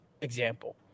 example